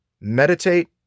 Meditate